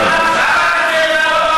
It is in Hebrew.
מירב, שבי בבקשה וזהו.